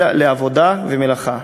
אלא לעבודה ולמלאכה.